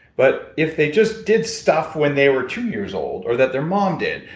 but if they just did stuff when they were two years old, or that their mom did,